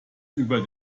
über